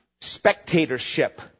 spectatorship